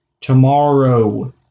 Tomorrow